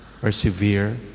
persevere